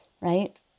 right